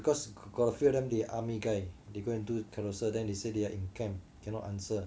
because a few of them they army guy they go and do Carousell then they say they are in camp cannot answer